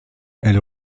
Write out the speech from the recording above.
elle